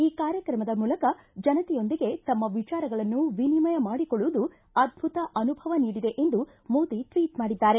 ಈ ಕಾರ್ಯಕ್ರಮದ ಮೂಲಕ ಜನತೆಯೊಂದಿಗೆ ತಮ್ಮ ವಿಚಾರಗಳನ್ನು ವಿನಿಮಯ ಮಾಡಿಕೊಳ್ಳುವುದು ಅದ್ದುತ ಅನುಭವ ನೀಡಿದೆ ಎಂದು ಮೋದಿ ಟ್ವೀಟ್ ಮಾಡಿದ್ದಾರೆ